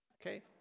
Okay